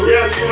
Yes